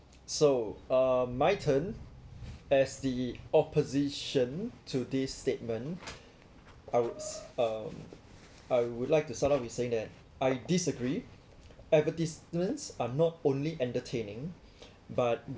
so uh my turn as the opposition to this statement I would s~ um I would like to start off with saying that I disagree advertisements are not only entertaining but